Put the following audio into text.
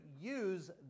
use